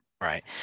right